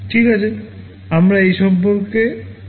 ঠিক আছে আমরা এই সম্পর্কে কথা বলবো